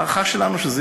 ההערכה שלנו היא